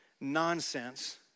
nonsense